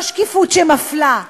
לא שקיפות שמפלה,